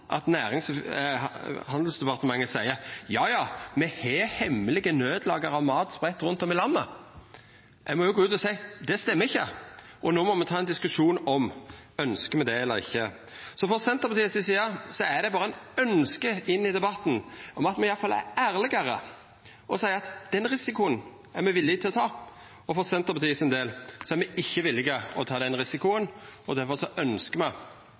at Næringsdepartementet seier me har hemmelege naudlager av mat spreidde rundt om i landet. Ein må gå ut og seia at det ikkje stemmer, og no må me ta ein diskusjon om: Ønskjer me det eller ikkje? Frå Senterpartiets side er det berre eit ønske inn i debatten om at me iallfall er ærlegare og seier at den risikoen er me villige til å ta. For Senterpartiets del er me ikkje villige til å ta den risikoen, og derfor ønskjer me